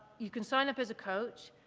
you can sign up as a coach,